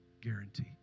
guarantee